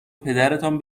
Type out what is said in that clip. پدرتان